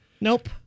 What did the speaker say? Nope